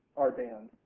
are banned.